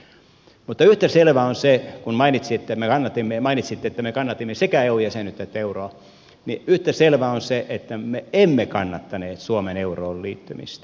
mutta yhtä selvää on se kun mainitsitte että me kannatimme sekä eu jäsenyyttä että euroa että me emme kannattaneet suomen euroon liittymistä